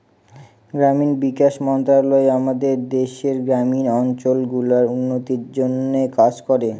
গ্রামীণ বিকাশ মন্ত্রণালয় আমাদের দেশের গ্রামীণ অঞ্চল গুলার উন্নতির জন্যে কাজ করে